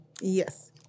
Yes